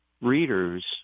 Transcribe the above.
readers